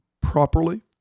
properly